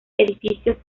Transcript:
edificios